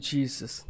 Jesus